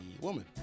woman